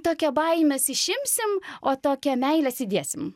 tokią baimes išimsim o tokią meiles įdėsim